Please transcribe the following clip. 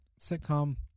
sitcom